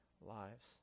lives